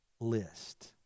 list